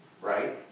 Right